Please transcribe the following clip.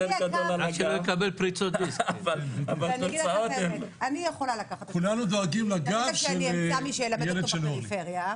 ברגע שאני אמצא מי שילמד אותו בפריפריה,